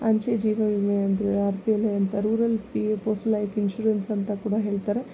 ಅಂಚೆ ಜೀವ ವಿಮೆ ಅಂದರೆ ಆರ್ ಪಿ ಎಲ್ ಐ ಅಂತ rural P postal life insurance ಅಂತ ಕೂಡ ಹೇಳ್ತಾರೆ